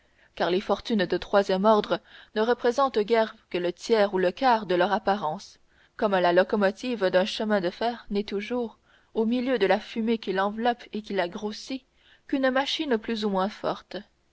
car les fortunes de troisième ordre ne représentent guère que le tiers ou le quart de leur apparence comme la locomotive d'un chemin de fer n'est toujours au milieu de la fumée qui l'enveloppe et qui la grossit qu'une machine plus ou moins forte